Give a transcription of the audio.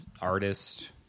artist